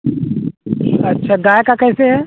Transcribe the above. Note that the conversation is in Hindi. अच्छा गाय का कैसे है